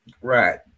Right